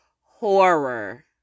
horror